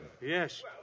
Yes